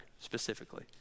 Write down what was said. specifically